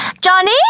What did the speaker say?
Johnny